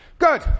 Good